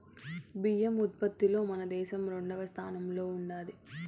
బియ్యం ఉత్పత్తిలో మన దేశం రెండవ స్థానంలో ఉండాది